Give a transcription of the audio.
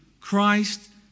Christ